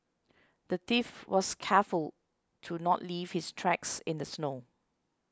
the thief was careful to not leave his tracks in the snow